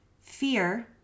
fear